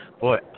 boy